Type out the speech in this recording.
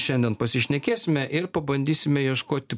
šiandien pasišnekėsime ir pabandysime ieškoti